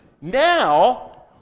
Now